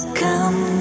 come